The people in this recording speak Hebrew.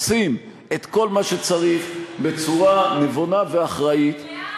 עושים את כל מה שצריך בצורה נבונה ואחראית, לאן?